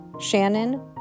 Shannon